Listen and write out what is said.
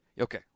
Okay